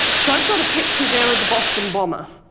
so, i've got a picture there of the boston bomber.